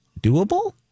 doable